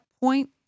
point